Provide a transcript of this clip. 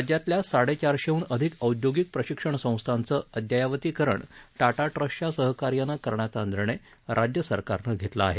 राज्यातल्या साडेचारशेहून अधिक औद्योगिक प्रशिक्षण संस्थांचं अद्ययावतीकरण टाटा ट्रस्टच्या सहकार्यानं करण्याचा निर्णय राज्यसरकारनं घेतला आहे